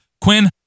Quinn